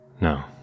No